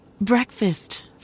Breakfast